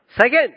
Second